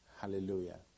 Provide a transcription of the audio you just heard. Hallelujah